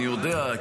אני יודע,